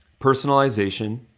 personalization